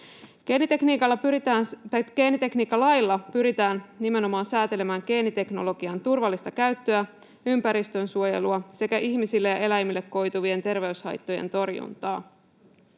Geenitekniikkalailla pyritään nimenomaan säätelemään geeniteknologian turvallista käyttöä, ympäristönsuojelua sekä ihmisille ja eläimille koituvien terveyshaittojen torjuntaa.